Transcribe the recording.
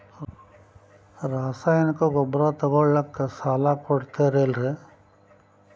ರಾಸಾಯನಿಕ ಗೊಬ್ಬರ ತಗೊಳ್ಳಿಕ್ಕೆ ಸಾಲ ಕೊಡ್ತೇರಲ್ರೇ?